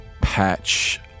patch